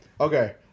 Okay